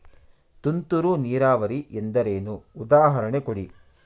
ತುಂತುರು ನೀರಾವರಿ ಎಂದರೇನು, ಉದಾಹರಣೆ ಕೊಡಿ?